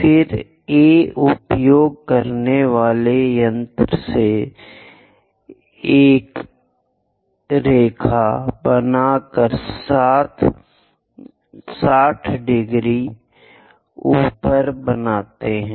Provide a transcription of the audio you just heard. फिर A उपयोग करने वाले यंत्र से A रेखा बनाकर 60 अप बनाते हैं